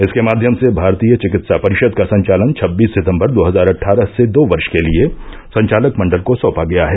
इसके माध्यम से भारतीय चिकित्सा परिषद का संचालन छब्बीस सितम्बर दो हजार अट्ठारह से दो वर्ष के लिये संचालक मंडल को सौंपा गया है